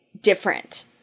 different